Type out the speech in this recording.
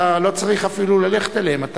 אתה לא צריך אפילו ללכת אליהם.